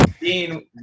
Dean